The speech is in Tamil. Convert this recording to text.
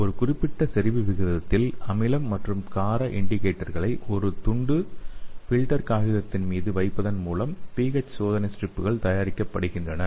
ஒரு குறிப்பிட்ட செறிவு விகிதத்தில் அமிலம் மற்றும் கார இண்டிகேட்டர்களை ஒரு துண்டு ஃபில்டர் காகிதத்தின் மீது வைப்பதன் மூலம் pH சோதனை ஸ்ட்ரிப்புகள் தயாரிக்கப்படுகின்றன